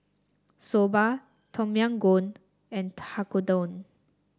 Soba Tom Yam Goong and Tekkadon